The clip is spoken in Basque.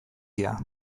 dira